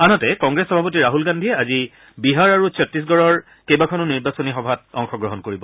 আনহাতে কংগ্ৰেছ সভাপতি ৰাহল গান্ধীয়ে আজি বিহাৰ আৰু চত্তীশগড়ৰ কেইবাখনো নিৰ্বাচনী সভাত ভাষণ দিব